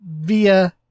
via